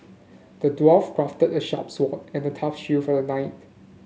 the dwarf crafted a sharp sword and a tough shield for the knight